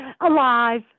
Alive